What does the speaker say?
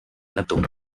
neptuno